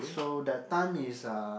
so that time is uh